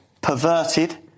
Perverted